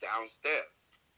downstairs